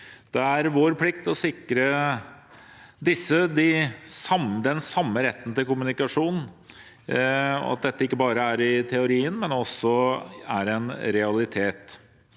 Det er vår plikt å sikre disse den samme retten til kommunikasjon, og at dette ikke bare er i teorien, men også er en realitet.